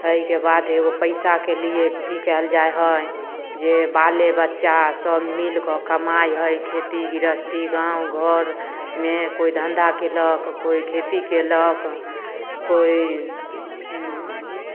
अइके बाद एगो पैसाके लिए की कयल जाइ हइ जे बाले बच्चा सभ मिलकऽ कमाइ हइ खेती गृहस्थी गाँव घर मे कोइ धन्धा कयलक तऽ कोइ खेती कयलक कोइ